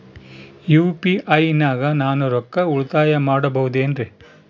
UPI ನಾಗ ನಾನು ರೊಕ್ಕ ಉಳಿತಾಯ ಮಾಡಬಹುದೇನ್ರಿ?